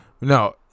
No